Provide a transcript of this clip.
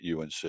UNC